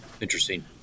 Interesting